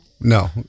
No